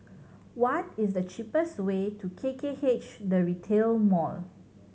what is the cheapest way to K K H The Retail Mall